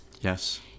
Yes